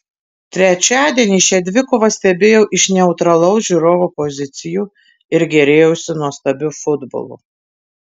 trečiadienį šią dvikovą stebėjau iš neutralaus žiūrovo pozicijų ir gėrėjausi nuostabiu futbolu